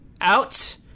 Out